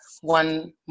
one